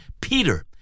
Peter